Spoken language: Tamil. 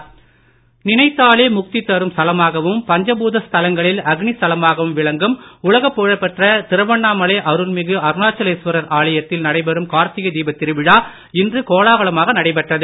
திருவண்ணாமலை கார்த்திகை தீபம் நினைத்தாலே முக்தி தரும் ஸ்தலமாகவும் பஞ்சபூத ஸ்தலங்களில் அக்னி ஸ்தலமாகவும் விளங்கும் உலகப் புகழ்பெற்ற திருவண்ணாமலை அருள்மிகு அருணாசலேசுவரர் ஆலயத்தில் நடைபெறும் கார்த்திகைதீபத்திருவிழா இன்று கோலாகலமாக நடைபெற்றது